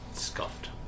scuffed